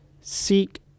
seek